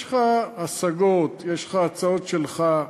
יש לך השגות, יש לך הצעות שלך.